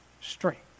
strength